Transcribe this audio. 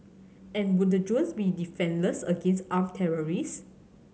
and would the drones be defenceless against armed terrorist